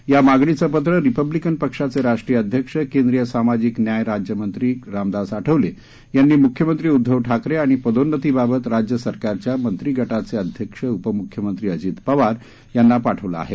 या मागणीचे पत्र रिपब्लिकन पक्षाचे राष्ट्रीय अध्यक्ष केंद्रीय सामाजिक न्याय राज्य मंत्री रामदास आठवले यांनी मुख्यमंत्री उद्धव ठाकरे आणि पदोन्नतीबाबत राज्य सरकार च्या मंत्रीगटाचे अध्यक्ष उपमुख्यमंत्री अजित पवार यांना पाठविलं आहे